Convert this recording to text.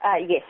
yes